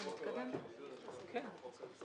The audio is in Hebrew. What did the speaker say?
מחקנו אותו.